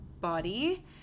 body